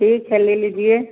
ठीक है ले लीजिए